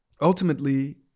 ultimately